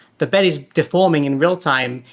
the bed is deforming in real time,